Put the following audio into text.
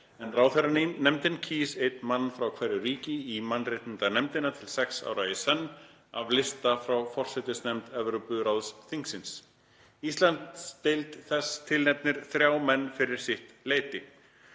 en ráðherranefndin kýs einn mann frá hverju ríki í mannréttindanefndina til sex ára í senn af lista frá forsætisnefnd Evrópuráðsþingsins. Íslandsdeild þess tilnefnir þrjá menn fyrir sitt leyti.